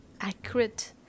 accurate